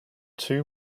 too